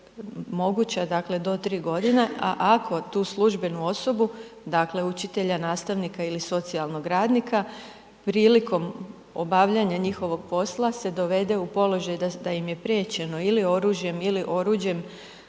moguća do 3 g. a ako tu službenu osobu, dakle učitelja, nastavnika ili socijalnog radnika prilikom obavljanja njihovog posla se dovede u položaj da im je priječeno ili oružjem ili oruđem